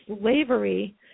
slavery